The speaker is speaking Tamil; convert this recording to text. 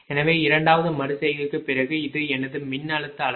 எனவே இரண்டாவது மறு செய்கைக்குப் பிறகு இது எனது மின்னழுத்த அளவு